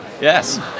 Yes